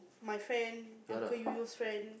my friend uncle you used friend